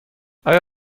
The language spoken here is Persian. آیا